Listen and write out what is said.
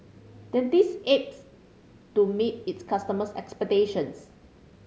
Dentiste aims to meet its customers' expectations